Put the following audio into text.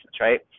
right